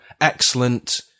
excellent